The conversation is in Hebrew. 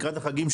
לקראת החגים,